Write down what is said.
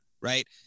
right